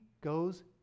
goes